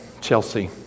Chelsea